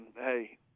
hey